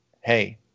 hey